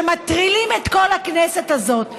שמטרילים את כל הכנסת הזאת מהימין,